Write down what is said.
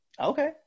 Okay